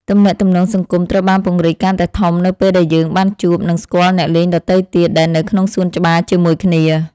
ទំនាក់ទំនងសង្គមត្រូវបានពង្រីកកាន់តែធំនៅពេលដែលយើងបានជួប និងស្គាល់អ្នកលេងដទៃទៀតដែលនៅក្នុងសួនច្បារជាមួយគ្នា។